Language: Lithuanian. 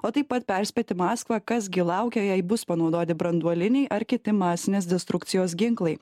o taip pat perspėti maskvą kas gi laukia jei bus panaudoti branduoliniai ar kiti masinės destrukcijos ginklai